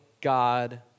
God